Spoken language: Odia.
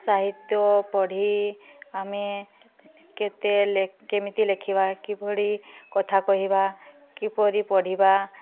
ସାହିତ୍ୟ ପଢ଼ି ଆମେ କେତେ ଲେ କେମିତି ଲେଖିବା କିଭଳି କଥା କହିବା କିପରି ପଢ଼ିବା